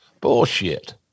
bullshit